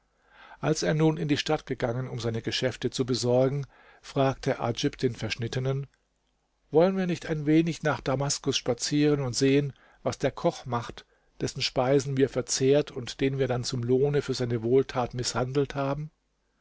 als er nun in die stadt gegangen um seine geschäfte zu besorgen fragte adjib den verschnittenen wollen wir nicht ein wenig nach damaskus spazieren und sehen was der koch macht dessen speisen wir verzehrt und den wir dann zum lohne für seine wohltat mißhandelt haben